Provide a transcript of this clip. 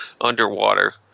underwater